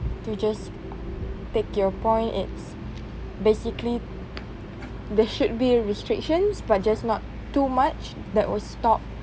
to just take your point it's basically there should be restrictions but just not too much that would stop